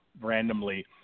randomly